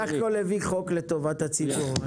סך הכול הביא חוק לטובת הציבור.